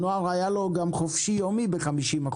לנוער היה גם חופשי-יומי ב-50%.